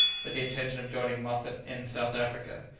with the intention of joining moffat in south africa.